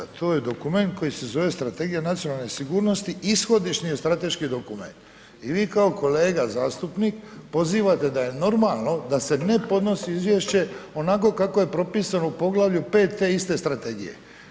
To je dokument koji se zove Strategija nacionalne sigurnosti, ishodišni je strateški dokument i vi kao kolega zastupnik pozivate da je normalno da se ne podnosi izvješće onako kako je propisano u Poglavlju 5 te iste strategije.